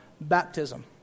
baptism